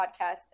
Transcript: podcast